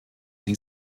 sie